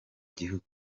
gihugu